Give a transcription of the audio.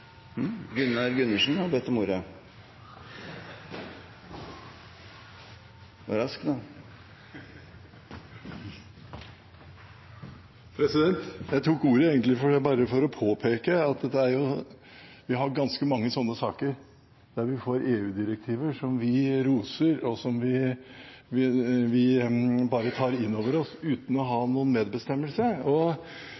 at vi har ganske mange sånne saker der vi får EU-direktiver som vi roser, og som vi bare tar inn over oss uten å ha